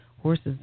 horses